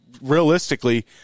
realistically